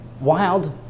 wild